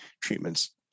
treatments